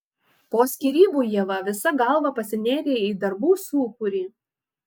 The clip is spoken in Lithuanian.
po skyrybų ieva visa galva pasinėrė į darbų sūkurį